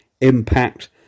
Impact